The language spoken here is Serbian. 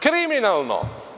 Kriminalno.